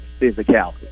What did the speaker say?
physicality